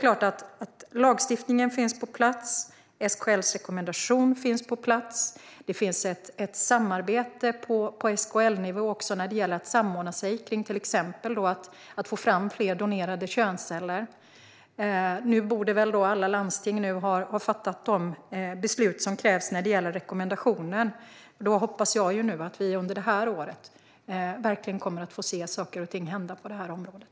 Lagstiftningen finns på plats, SKL:s rekommendation finns på plats och det finns ett samarbete på SKL-nivå också när det gäller att samordna sig kring till exempel att få fram fler donerade könsceller. Nu borde väl då alla landsting ha fattat de beslut som krävs när det gäller rekommendationen. Jag hoppas nu att vi under det här året verkligen kommer att få se saker och ting hända på det här området.